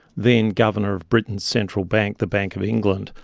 then governor of britain's central bank, the bank of england,